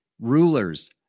rulers